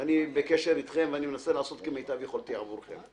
ואני בקשר אתכם ואני מנסה לעשות כמיטב יכולתי עבורכם.